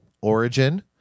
origin